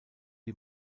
die